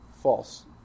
false